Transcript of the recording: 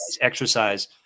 Exercise